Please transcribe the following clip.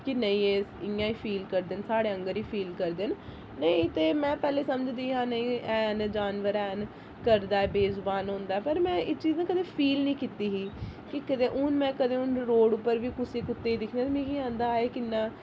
कि नेईं एह् इयां ही फील करदे न साढ़े आंह्गर ही फील करदे न नेईं ते मैं पैह्ले समझदी हां नेईं हैन जानवर हैन करदा ऐ बेजुबान होंदा पर मै एह् चीज़ कदें फील नी कीती ही कि कदें हून मैं कदें हून रोड उप्पर बी कुसै कुत्ते गी दिक्खनी आं मिगी होंदा ऐ हाए किन्ना